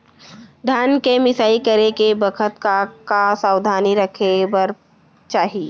धान के मिसाई करे के बखत का का सावधानी रखें बर चाही?